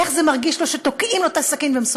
איך זה מרגיש לו כשתוקעים לו את הסכין ומסובבים,